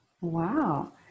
Wow